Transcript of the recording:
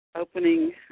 opening